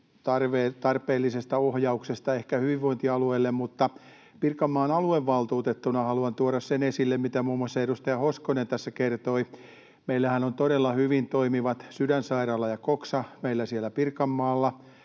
tarpeellisesta ohjauksesta hyvinvointialueille, mutta Pirkanmaan aluevaltuutettuna haluan tuoda sen esille, mitä muun muassa edustaja Hoskonen tässä kertoi. Meillähän on todella hyvin toimivat Sydänsairaala ja Coxa siellä Pirkanmaalla